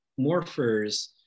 morphers